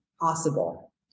possible